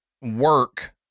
work